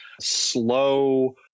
slow